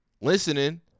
listening